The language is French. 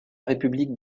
république